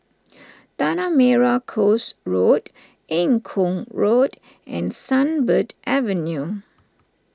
Tanah Merah Coast Road Eng Kong Road and Sunbird Avenue